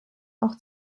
auch